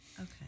Okay